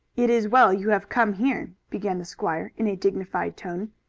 it is well you have come here, began the squire in a dignified tone.